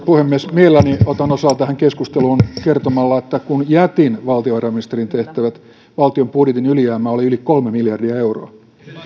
puhemies mielelläni otan osaa tähän keskusteluun kertomalla että kun jätin valtiovarainministerin tehtävät valtion budjetin ylijäämä oli yli kolme miljardia euroa